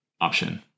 option